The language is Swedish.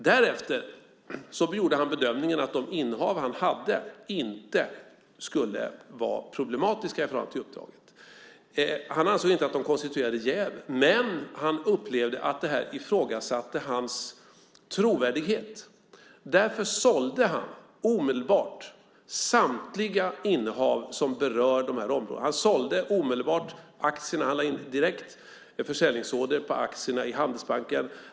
Därefter gjorde han bedömningen att de innehav han hade inte skulle vara problematiska i förhållande till uppdraget. Han ansåg inte att de konstituerade jäv, men han upplevde att de ifrågasatte hans trovärdighet. Därför sålde han omedelbart samtliga innehav som berör dessa områden. Han lade in direkt en försäljningsorder på aktierna i Handelsbanken.